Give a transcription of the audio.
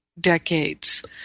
decades